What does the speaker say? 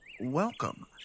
welcome